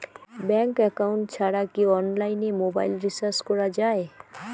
Bank account ছাড়া কি অনলাইনে মোবাইল রিচার্জ করা যায়?